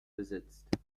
besitzt